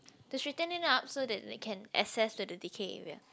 to straighten it up so that they can access to the decay area